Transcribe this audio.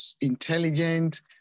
intelligent